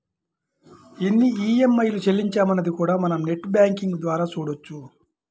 ఎన్ని ఈఎంఐలు చెల్లించామన్నది కూడా మనం నెట్ బ్యేంకింగ్ ద్వారా చూడొచ్చు